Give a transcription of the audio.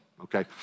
okay